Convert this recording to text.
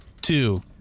two